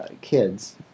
kids